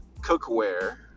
cookware